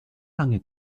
lange